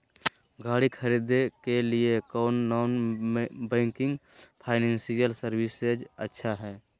गाड़ी खरीदे के लिए कौन नॉन बैंकिंग फाइनेंशियल सर्विसेज अच्छा है?